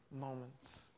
moments